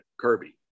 Kirby